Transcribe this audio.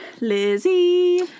Lizzie